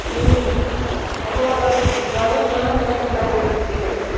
হ'ব তই যোৱাটো হ'লে মানে মোলে ফোন এটা কৰি দিবি পিকনিকলে